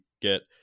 get